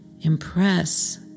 impress